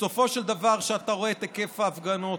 בסופו של דבר כשאתה רואה את היקף ההפגנות